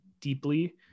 deeply